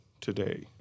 today